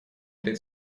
этой